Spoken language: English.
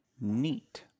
Neat